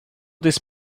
this